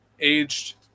aged